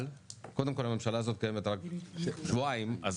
אבל הממשלה הזאת קיימת רק שבועיים אז